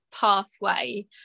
pathway